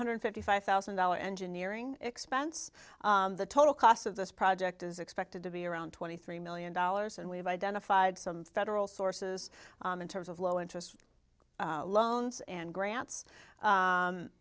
hundred fifty five thousand dollars engineering expense the total cost of this project is expected to be around twenty three million dollars and we've identified some federal sources in terms of low interest loans and grants